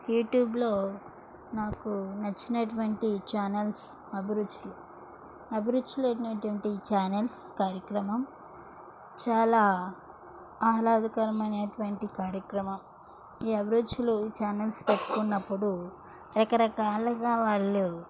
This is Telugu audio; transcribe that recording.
యూట్యూబ్లో నాకు నచ్చినటువంటి ఛానల్స్ అభిరుచులు అభిరుచులు అయినటువంటి ఈ ఛానల్స్ కార్యక్రమం చాలా ఆహ్లాదకరమైనటువంటి కార్యక్రమం ఈ అభిరుచులు ఛానల్స్ పెట్టుకున్నప్పుడు రకరకాలుగా వాళ్ళు